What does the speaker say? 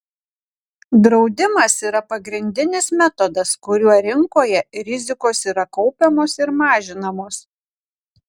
draudimas yra pagrindinis metodas kuriuo rinkoje rizikos yra kaupiamos ir mažinamos